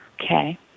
Okay